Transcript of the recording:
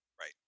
Right